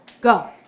Go